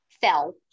fell